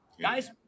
guys